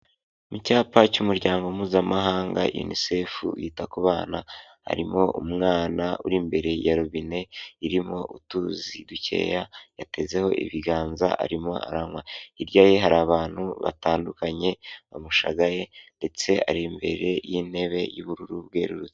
Mu cyapa cy'umuryango mpuzamahanga yunicefu yita ku bana harimo umwana uri imbere ya robine irimo utuzi dukeya yatezeho ibiganza arimo aranywa hirya ye hari abantu batandukanye bamushagaye ndetse ari imbere y'intebe y'ubururu bwerurutse.